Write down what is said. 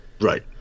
right